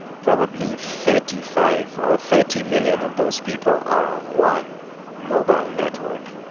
probably thirty five, or thirty million of those people are on one mobile network.